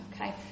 Okay